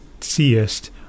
seest